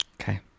Okay